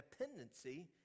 dependency